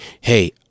hey